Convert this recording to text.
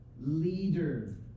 leader